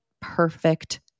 perfect